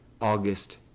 August